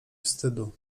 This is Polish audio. wstydu